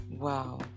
Wow